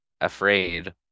afraid